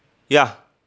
ya